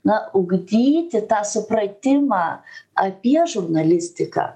na ugdyti tą supratimą apie žurnalistiką